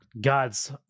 gods